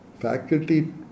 Faculty